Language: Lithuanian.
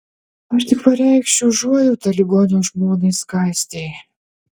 aš tik pareikšiu užuojautą ligonio žmonai skaistei